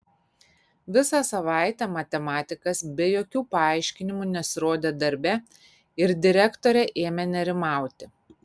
visą savaitę matematikas be jokių paaiškinimų nesirodė darbe ir direktorė ėmė nerimauti